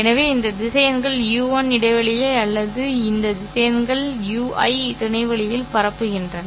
எனவே இந்த திசையன்கள் u1 இடைவெளியை S அல்லது இந்த திசையன்கள் sp ui துணைவெளியில் பரப்புகின்றன